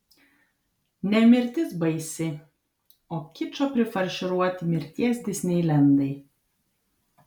ne mirtis baisi o kičo prifarširuoti mirties disneilendai